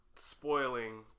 spoiling